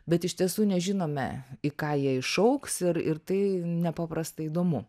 bet iš tiesų nežinome į ką jie išaugs ir ir tai nepaprastai įdomu